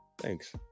Thanks